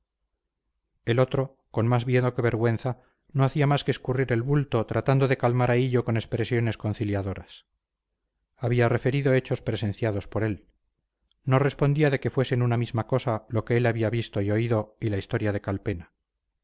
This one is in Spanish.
el otro con más miedo que vergüenza no hacía más que escurrir el bulto tratando de calmar a hillo con expresiones conciliadoras había referido hechos presenciados por él no respondía de que fuesen una misma cosa lo que él había visto y oído y la historia de calpena